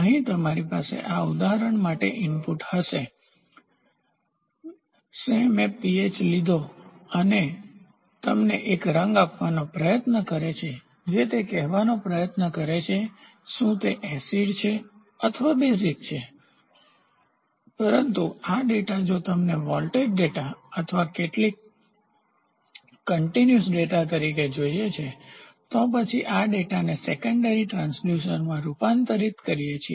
અહીં તમારી પાસે આ ઉદાહરણ માટે ઇનપુટ હશે મેં pH લીધો અને તમને એક રંગ આપવાનો પ્રયત્ન કરે છે જે તે કહેવાનો પ્રયાસ કરે છે કે શું તે એસિડ અથવા બેઝીક છે પરંતુ આ ડેટા જો તમને વોલ્ટેજ ડેટા અથવા કેટલાક કન્ટીન્યુસસતત ડેટા તરીકે જોઈએ છે તો પછી આ ડેટાને સેકન્ડરીગૌણ ટ્રાન્સડ્યુસરમાં રૂપાંતરિત કરીએ છીએ